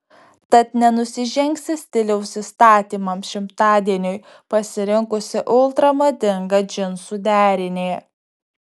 tad nenusižengsi stiliaus įstatymams šimtadieniui pasirinkusi ultra madingą džinsų derinį